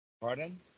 Pardon